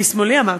לשמאלי, אמרתי.